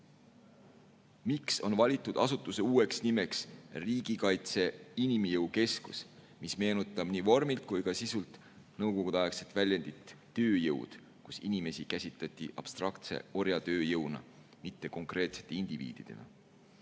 Miks on valitud asutuse uueks nimeks Riigikaitse Inimjõu Keskus, mis meenutab nii vormilt kui ka sisult nõukogudeaegset väljendit "tööjõud" – inimesi käsitleti abstraktse orjatööjõuna, mitte konkreetsete indiviididena.